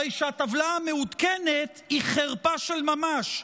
הרי שהטבלה המעודכנת היא חרפה של ממש.